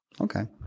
Okay